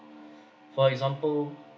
for example